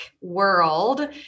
world